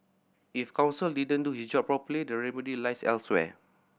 if counsel didn't do his job properly the remedy lies elsewhere